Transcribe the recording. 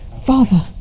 Father